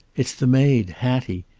it's the maid, hattie.